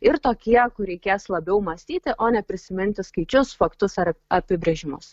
ir tokie kur reikės labiau mąstyti o neprisiminti skaičius faktus ar apibrėžimus